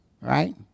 right